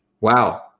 Wow